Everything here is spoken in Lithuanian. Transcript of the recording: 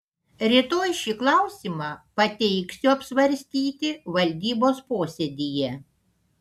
rytoj šį klausimą pateiksiu apsvarstyti valdybos posėdyje